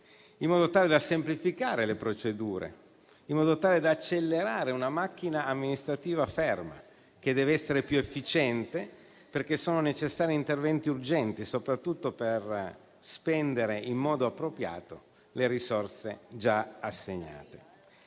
in modo tale da semplificare le procedure e accelerare una macchina amministrativa ferma che deve essere più efficiente. Sono infatti necessari interventi urgenti, soprattutto per spendere in modo appropriato le risorse già assegnate.